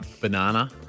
Banana